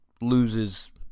loses